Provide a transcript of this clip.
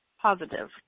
Positive